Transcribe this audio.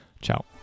Ciao